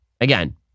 Again